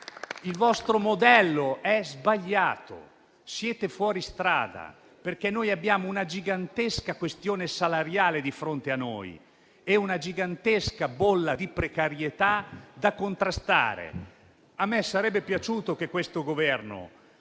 Il vostro modello è sbagliato, siete fuori strada, perché noi abbiamo una gigantesca questione salariale di fronte a noi e una gigantesca bolla di precarietà da contrastare. A me sarebbe piaciuto che questo Governo